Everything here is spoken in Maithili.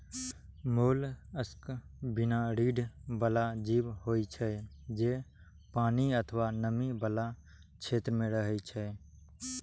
मोलस्क बिना रीढ़ बला जीव होइ छै, जे पानि अथवा नमी बला क्षेत्र मे रहै छै